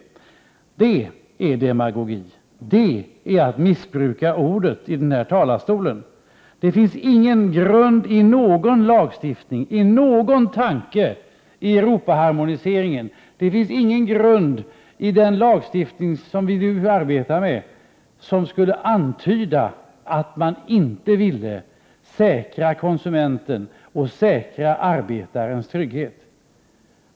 Det är demagogi. Det är att missbruka ordet i denna talarstol. Det finns ingen grund i någon lagstiftning, i någon tanke i Europaharmoniseringen eller i den lagstiftning vi nu arbetar med, som skulle antyda att man inte vill säkra konsumentens och arbetarens trygghet.